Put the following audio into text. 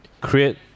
Create